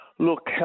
Look